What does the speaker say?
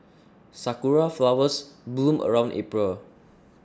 sakura flowers bloom around April